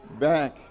Back